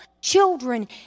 children